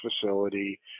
facility